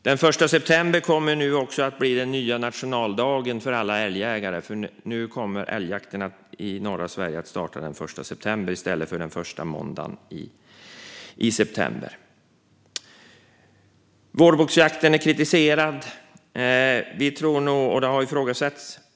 Den 1 september kommer nu också att bli den nya nationaldagen för alla älgjägare, för nu kommer älgjakten i norra Sverige att starta den 1 september i stället för den första måndagen i september. Vårbocksjakten är kritiserad och har ifrågasatts.